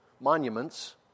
monuments